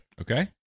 Okay